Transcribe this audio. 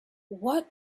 what